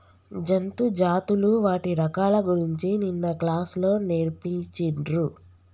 జంతు జాతులు వాటి రకాల గురించి నిన్న క్లాస్ లో నేర్పిచిన్రు